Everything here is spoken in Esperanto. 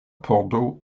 pordo